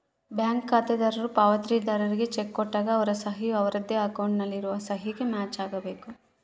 bank ಖಾತೆದಾರರು ಪಾವತಿದಾರ್ರಿಗೆ cheque ಕೊಟ್ಟಾಗ ಅವರ ಸಹಿ ಯು ಅವರದ್ದೇ ಅಕೌಂಟ್ ನಲ್ಲಿ ಇರುವ ಸಹಿಗೆ ಮ್ಯಾಚ್ ಆಗಬೇಕು